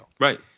Right